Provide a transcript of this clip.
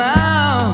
now